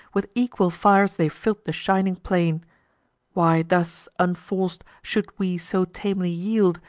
with equal fires they fill'd the shining plain why thus, unforc'd, should we so tamely yield,